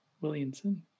Williamson